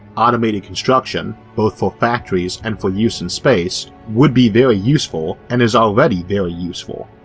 automated construction, both for factories and for use in space, would be very useful, and is already very useful.